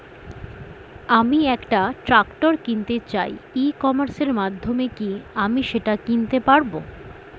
আমি একটা ট্রাক্টর কিনতে চাই ই কমার্সের মাধ্যমে কি আমি সেটা কিনতে পারব?